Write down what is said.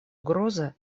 угроза